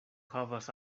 havas